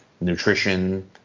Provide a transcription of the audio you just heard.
nutrition